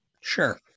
Sure